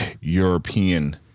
European